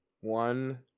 one